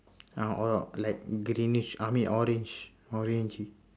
ah orh like greenish I mean orange orange